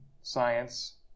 science